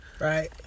right